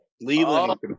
Leland